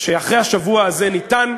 שאחרי השבוע הזה אפשר,